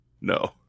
No